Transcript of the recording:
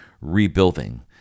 rebuilding